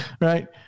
Right